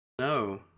no